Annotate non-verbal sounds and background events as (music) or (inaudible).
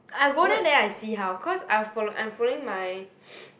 I go there then I see how cause I'll follow I'm following my (breath)